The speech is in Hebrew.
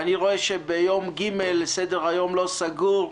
ואני רואה שביום ג' סדר-היום לא סגור,